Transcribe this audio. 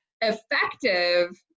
effective